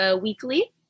weekly